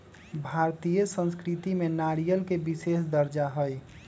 भारतीय संस्कृति में नारियल के विशेष दर्जा हई